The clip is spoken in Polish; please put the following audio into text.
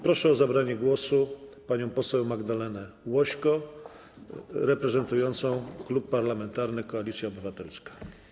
Proszę o zabranie głosu panią poseł Magdalenę Łośko reprezentującą Klub Parlamentarny Koalicja Obywatelska.